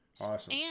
Awesome